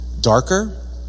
darker